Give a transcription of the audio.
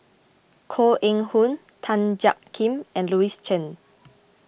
Koh Eng Hoon Tan Jiak Kim and Louis Chen